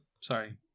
Sorry